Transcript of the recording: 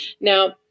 Now